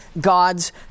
God's